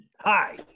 hi